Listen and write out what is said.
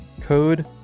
Code